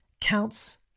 counts